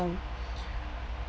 um